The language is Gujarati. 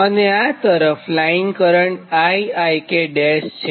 અને આ તરફ લાઇન કરંટ Iik છે